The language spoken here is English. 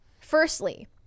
Firstly